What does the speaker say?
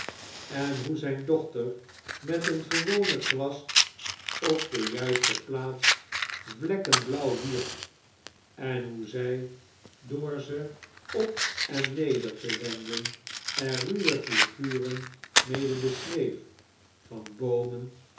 en hoe zijn dochter met een gewone kwast op de juiste plaats vlekken blauw wierp en hoe zy door ze op en neder te wenden er ruwe figuren mede beschreef van boomen